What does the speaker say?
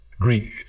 Greek